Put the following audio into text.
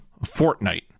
Fortnite